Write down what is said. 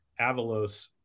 Avalos